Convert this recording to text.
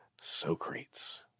Socrates